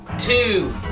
Two